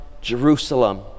Jerusalem